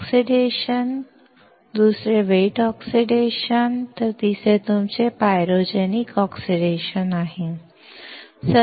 oxidation दुसरे wet oxidation तर तिसरे तुमचे पायरोजेनिक ऑक्सिडेशन आहे